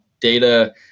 data